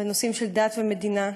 בנושאים של דת ומדינה,